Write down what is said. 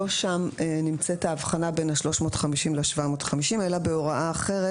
לא שם נמצאת ההבחנה בין ה-350 ל-750 אלא בהוראה אחרת